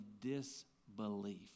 disbelief